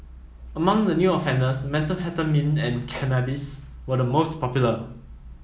among the new offenders methamphetamine and cannabis were the most popular